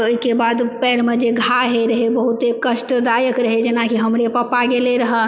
ओहिके बाद पएरमे जे घाव होइ रहै बहुते कष्टदायक रहै जेनाकि हमरे पपा गेलै रहऽ